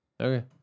Okay